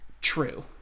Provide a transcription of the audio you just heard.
True